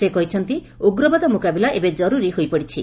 ସେ କହିଛନ୍ତି ଉଗ୍ରବାଦ ମୁକାବିଲାର କରୁରୀ ହୋଇପଡିଛି